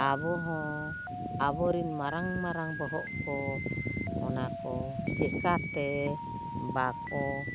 ᱟᱵᱚ ᱦᱚᱸ ᱟᱵᱚᱨᱮᱱ ᱢᱟᱨᱟᱝᱼᱢᱟᱨᱟᱝ ᱵᱚᱦᱚᱜ ᱠᱚ ᱚᱱᱟ ᱠᱚ ᱪᱮᱠᱟᱛᱮ ᱵᱟᱠᱚ